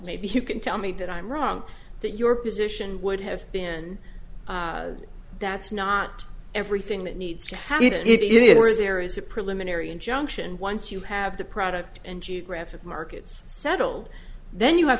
maybe you can tell me that i'm wrong that your position would have been that's not everything that needs to happen it is or there is a preliminary injunction once you have the product and geographic markets settled then you have